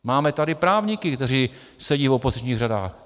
Máme tady právníky, kteří sedí v opozičních řadách.